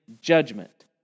judgment